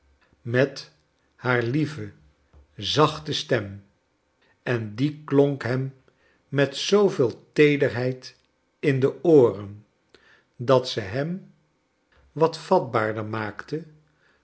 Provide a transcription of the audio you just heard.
met haar lieve zachte stem en die klonk hem met zooveel teederheid in de ooren dat ze hem wat vatbaarder maakte